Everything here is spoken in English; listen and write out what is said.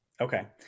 okay